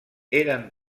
eren